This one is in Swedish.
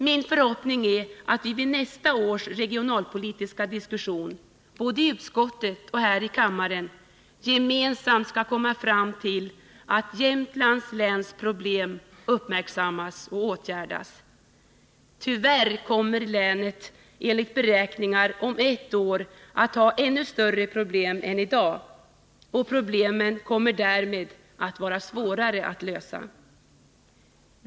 Min förhoppning är att vi vid nästa års regionalpolitiska diskussion både i utskottet och här i kammaren gemensamt skall komma fram till att Jämtlands läns problem uppmärksammas och åtgärdas. Tyvärr kommer länet, enligt beräkningar, om ett år att ha ännu större problem än i dag, och problemen kommer därmed att vara svårare att lösa.